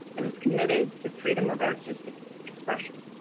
and is committed to freedom of artistic expression.